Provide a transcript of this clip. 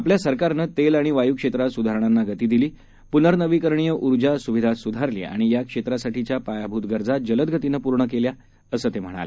आपल्या सरकारनं तेल आणि वाय् क्षेत्रात सुधारणांना गती दिली पुनर्रनवीकरणीय ऊर्जा सुविधा स्धारली आणि या क्षेत्रातासाठीच्या पायाभूत गरजा जलद गतीनं पूर्ण केल्या असं ते म्हणाले